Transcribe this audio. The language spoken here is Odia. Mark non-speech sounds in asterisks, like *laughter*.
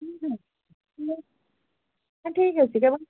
ହୁଁ ହୁଁ *unintelligible* ନାଇଁ ଠିକ୍ ଅଛି